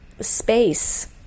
space